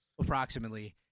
approximately